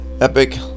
Epic